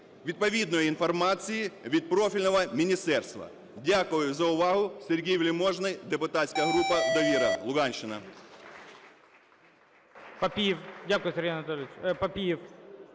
відповідної інформацію від профільного міністерства. Дякую за увагу. Сергій Вельможний, депутатська група "Довіра", Луганщина.